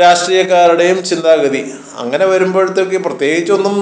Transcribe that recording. രാഷ്ട്രീയക്കാരുടെയും ചിന്താഗതി അങ്ങനെ വരുമ്പോഴ്ത്തേക്കും പ്രത്യേകിച്ചൊന്നും